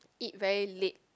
eat very late